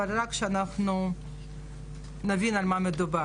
אבל רק שאנחנו נבין על מה מדובר,